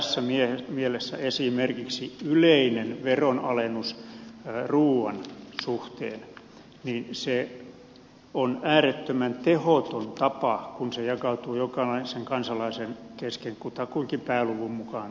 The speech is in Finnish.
tässä mielessä esimerkiksi yleinen veronalennus ruuan suhteen on äärettömän tehoton tapa kun se jakautuu jokaisen kansalaisen kesken kutakuinkin pääluvun mukaan tasan